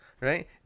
right